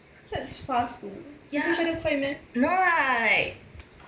that's fast though 你不觉得快 meh